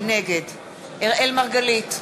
נגד אראל מרגלית,